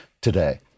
today